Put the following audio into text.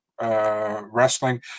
wrestling